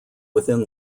within